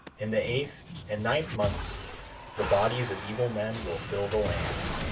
in the eighth and ninth months the bodies of evil men will fill the land.